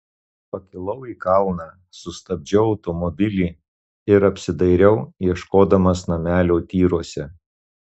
pakilau į kalną sustabdžiau automobilį ir apsidairiau ieškodamas namelio tyruose